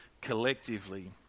collectively